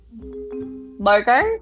logo